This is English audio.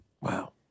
Wow